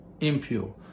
impure